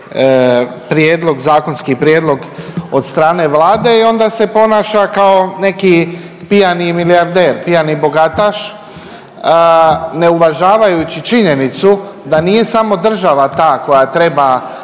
prijedlog, zakonski prijedlog od strane Vlade i onda se ponaša kao neki pijani milijarder, pijani bogataš ne uvažavajući činjenicu da nije samo država ta koja treba